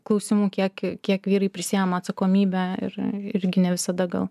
klausimų kiek kiek vyrai prisiėma atsakomybę ir irgi ne visada gal